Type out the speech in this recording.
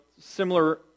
similar